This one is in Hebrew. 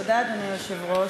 תודה, אדוני היושב-ראש,